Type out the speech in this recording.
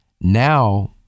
Now